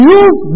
use